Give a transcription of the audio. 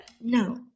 No